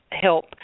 help